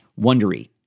Wondery